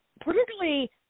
particularly